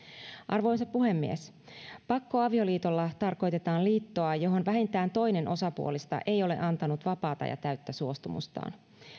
arvoisa puhemies pakkoavioliitolla tarkoitetaan liittoa johon vähintään toinen osapuolista ei ole antanut vapaata ja täyttä suostumustaan